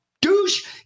douche